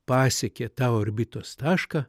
pasiekė tą orbitos tašką